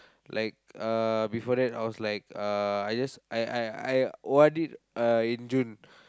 like uh before that I was like uh I just I I I O_R_D-ed in June